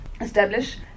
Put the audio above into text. establish